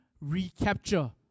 recapture